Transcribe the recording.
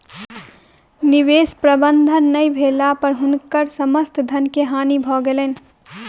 निवेश प्रबंधन नै भेला पर हुनकर समस्त धन के हानि भ गेलैन